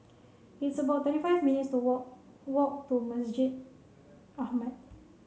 it's about thirty five minutes'to walk walk to Masjid Ahmad